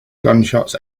gunshots